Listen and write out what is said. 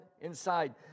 inside